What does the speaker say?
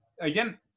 again